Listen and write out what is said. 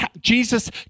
Jesus